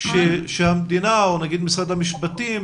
המדינה או משרד המשפטים,